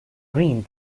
green